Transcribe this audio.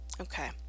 Okay